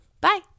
Bye